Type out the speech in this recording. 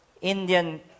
Indian